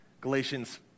Galatians